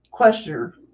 Questioner